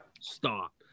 stop